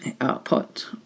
output